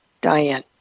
Diane